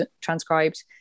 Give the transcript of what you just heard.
transcribed